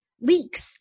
leaks